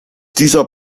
dieser